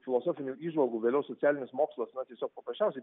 filosofinių įžvalgų vėliau socialinis mokslas na tiesiog paprasčiausiai